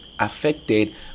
affected